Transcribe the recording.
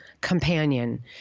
companion